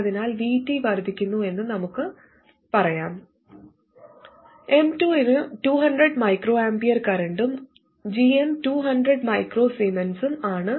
അതിനാൽ VT വർദ്ധിക്കുന്നുവെന്ന് നമുക്ക് പറയാം M2 ന് 200 µA കറന്റും gm 200 µS ഉം ആണ്